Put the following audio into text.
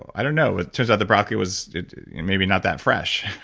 i don't know. it turns out the broccoli was maybe not that fresh.